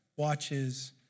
watches